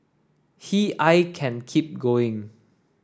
he I can keep going